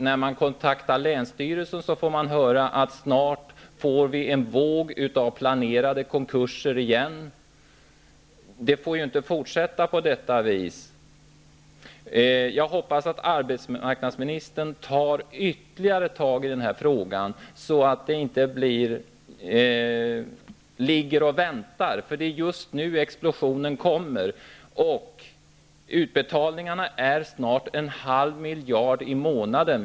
När man kontaktar länsstyrelsen får man höra att vi snart får en våg av planerade konkurser igen. Det får inte fortsätta på detta vis. Jag hoppas arbetsmarknadsministern tar ytterligare tag i denna fråga, så att förändringen inte fördröjs. Det är just nu explosionen kommer. Utbetalningarna är snart en halv miljard i månaden.